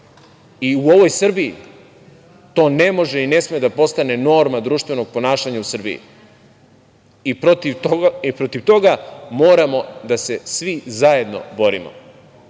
i u ovoj Srbiji to ne može i ne sme da postane norma društvenog ponašanja u Srbiji i protiv toga moramo da se svi zajedno borimo